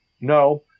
no